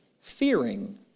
fearing